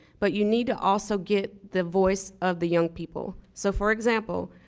but you need to also get the voice of the young people so for example,